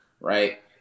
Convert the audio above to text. right